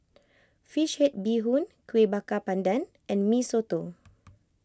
Fish Head Bee Hoon Kuih Bakar Pandan and Mee Soto